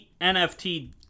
NFT